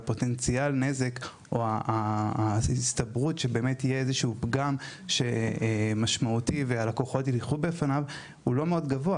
או הסתברות שיהיה איזשהו פגם משמעותי הוא לא מאוד גבוה.